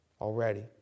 already